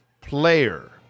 player